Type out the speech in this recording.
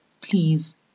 please